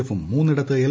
എഫും മൂന്നിടത്ത് എൽ